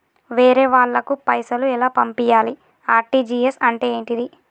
వేరే వాళ్ళకు పైసలు ఎలా పంపియ్యాలి? ఆర్.టి.జి.ఎస్ అంటే ఏంటిది?